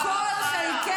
באיזה עולם את חיה?